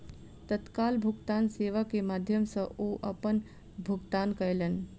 तत्काल भुगतान सेवा के माध्यम सॅ ओ अपन भुगतान कयलैन